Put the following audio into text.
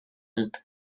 dut